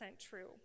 true